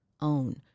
own